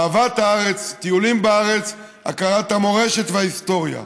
אהבת הארץ, טיולים בארץ, הכרת המורשת וההיסטוריה.